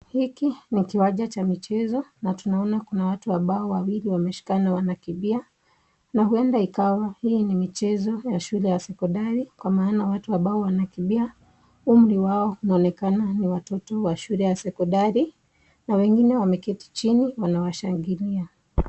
Hiki ni kiwanja cha mchezo na tunaona Kuna watu wawili ambao wameshikana wanakimbia na hunda ni mchezo wa shule ya secondary kwa maana kwa umri wao inaonekana ni watoto wa secondary. Wengine wameketi chini wanawashangilia.